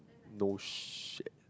no shit